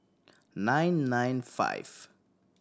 nine nine five